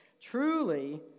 Truly